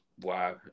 wow